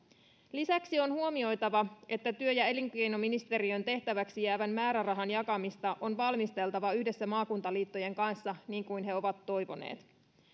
lisäksi on huomioitava että työ ja elinkeinoministeriön tehtäväksi jäävän määrärahan jakamista on valmisteltava yhdessä maakuntaliittojen kanssa niin kuin he ovat toivoneet